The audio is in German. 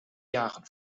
jahren